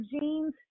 genes